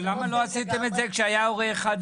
אבל למה לא עשיתם את זה כשהיה "הורה 1",